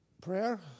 Prayer